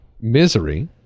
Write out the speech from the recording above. misery